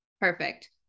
perfect